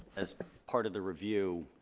as part of the review,